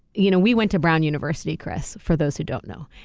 you know we went to brown university, chris, for those who don't know,